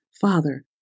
Father